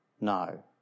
No